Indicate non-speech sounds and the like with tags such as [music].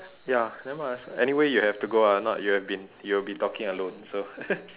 ya nevermind anyway you have to go out or not you have been you'll be talking alone so [laughs]